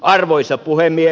arvoisa puhemies